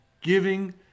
Giving